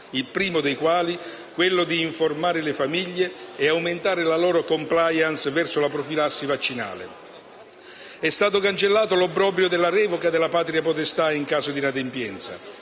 il primo dei quali è quello di informare le famiglie e aumentare la loro *compliance* verso la profilassi vaccinale. È stato cancellato l'obbrobrio della revoca della responsabilità genitoriale in caso di inadempienza;